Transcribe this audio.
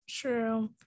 True